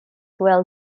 well